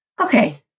Okay